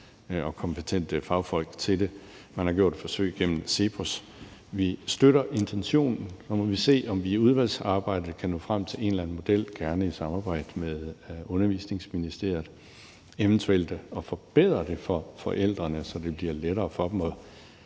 og kompetente fagfolk til det. Man har gjort et forsøg gennem CEPOS. Vi støtter intentionen, og nu må vi se, om vi i udvalgsarbejdet kan nå frem til en eller anden model, gerne i et samarbejde med Børne- og Undervisningsministeriet, og eventuelt at forbedre det for forældrene, så det bliver lettere for dem at